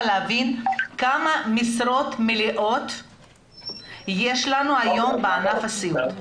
להבין כמה משרות מלאות יש לנו היום בענף הסיעוד.